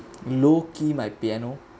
low key my piano